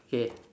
okay